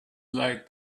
like